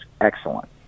excellent